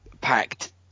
packed